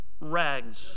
rags